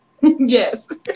Yes